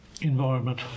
environment